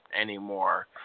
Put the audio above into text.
anymore